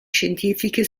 scientifiche